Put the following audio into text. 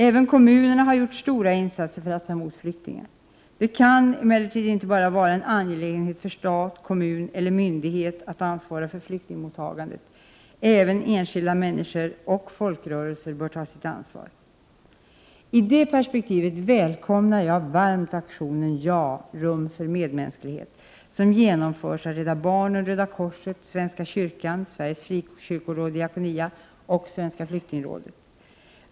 Även kommunerna har gjort stora insatser för att ta emot flyktingar. Det kan emellertid inte bara vara en angelägenhet för stat, kommun eller myndigheter att ansvara för flyktingmottagandet. Även enskilda människor och folkrörelser bör ta sitt ansvar. I det perspektivet välkomnar jag varmt aktionen ”Ja — rum för medmänsklighet” som genomförs av Rädda barnen, Röda korset, svenska kyrkan, Sveriges frikyrkoråd/Diakonia och Svenska flyktingrådet.